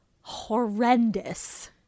horrendous